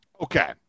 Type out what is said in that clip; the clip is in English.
Okay